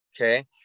Okay